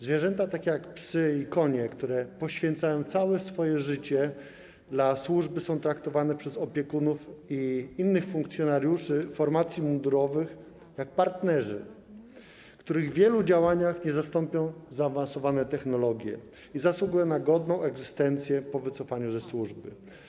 Zwierzęta takie jak psy i konie, które poświęcają całe swoje życie dla służby, są traktowane przez opiekunów i innych funkcjonariuszy formacji mundurowych jak partnerzy, których w wielu działaniach nie zastąpią zaawansowane technologie i które zasługują na godną egzystencję po wycofaniu ze służby.